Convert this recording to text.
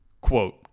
Quote